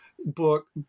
Book